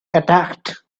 attacked